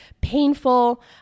painful